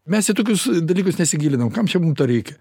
mes į tokius dalykus nesigilinam kam čia mum to reikia